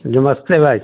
नमस्ते भाई साहब